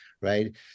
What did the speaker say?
right